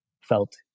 felt